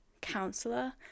counselor